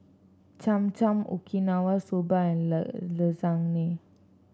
Cham Cham Okinawa Soba and Lasagne